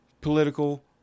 political